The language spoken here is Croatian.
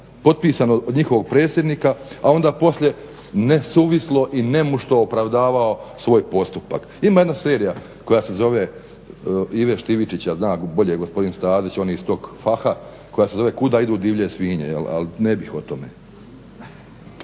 potpisano od njihovog predsjednika a onda poslije ne suvislo i ne …/Govornik se ne razumije…./ opravdavao svoj postupak. Ima jedna serija koja se zove Ive Štivičića, zna bolje gospodin Stazić, on je iz toga faha koja se zove Kuda idu divlje svinje, al ne bih o tome.